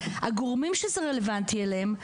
הגורמים שזה רלוונטי אליהם,